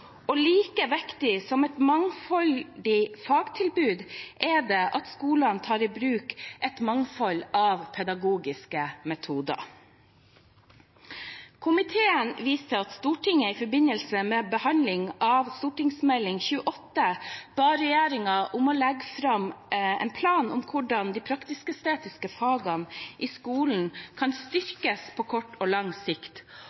og like viktig som et mangfoldig fagtilbud er det at skolene tar i bruk et mangfold av pedagogiske metoder. Komiteen viser til at Stortinget i forbindelse med behandling av Meld. St. 28 for 2015–2016 ba regjeringen om å legge fram en plan for hvordan de praktisk-estetiske fagene i skolen kan styrkes på kort og lang sikt,